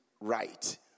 right